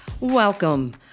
Welcome